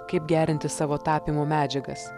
kaip gerinti savo tapymo medžiagas